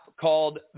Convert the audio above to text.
called